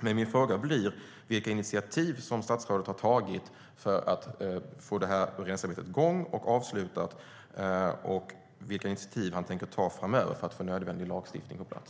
Min fråga blir vilka initiativ statsrådet har tagit för att få igång beredningsarbetet och få det avslutat och vilka initiativ han tänker ta framöver för att få nödvändig lagstiftning på plats.